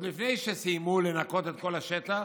עוד לפני שסיימו לנקות את כל השטח,